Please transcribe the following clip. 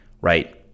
right